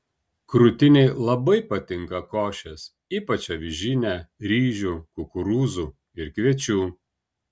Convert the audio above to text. krūtinei labai patinka košės ypač avižinė ryžių kukurūzų ir kviečių